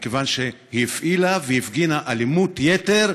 מכיוון שהיא הפעילה והיא הפגינה אלימות יתר,